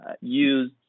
use